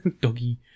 Doggy